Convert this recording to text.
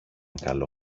καλό